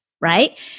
right